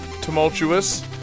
tumultuous